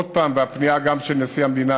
וגם הפנייה של נשיא המדינה,